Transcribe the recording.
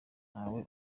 ntawe